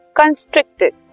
constricted